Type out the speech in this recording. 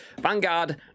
Vanguard